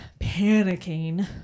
panicking